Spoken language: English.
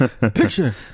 Picture